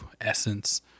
essence